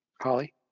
Holly